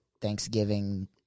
Thanksgiving